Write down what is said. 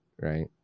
right